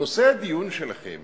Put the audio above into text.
נושא הדיון שלכם